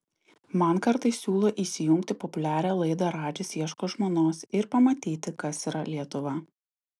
man kartais siūlo įsijungti populiarią laidą radžis ieško žmonos ir pamatyti kas yra lietuva